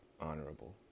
honorable